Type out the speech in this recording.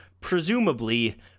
presumably